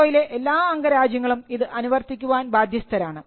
ഓ യിലെ എല്ലാ അംഗങ്ങളും ഇത് അനുവർത്തിക്കുവാൻ ബാധ്യസ്ഥരാണ്